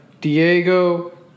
Diego